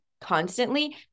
constantly